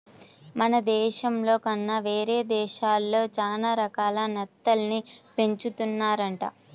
మన దేశంలో కన్నా వేరే దేశాల్లో చానా రకాల నత్తల్ని పెంచుతున్నారంట